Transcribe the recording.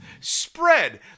spread